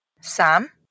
Sam